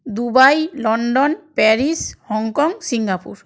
Dubai London Paris Hong Kong Singapore